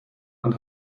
and